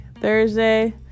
Thursday